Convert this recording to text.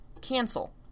cancel